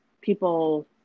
people